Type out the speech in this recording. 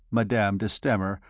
madame de stamer,